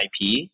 IP